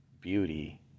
beauty